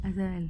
ask kan